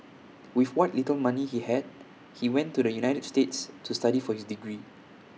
with what little money he had he went to the united states to study for his degree